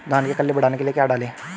धान में कल्ले बढ़ाने के लिए क्या डालें?